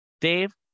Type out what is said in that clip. Dave